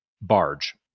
barge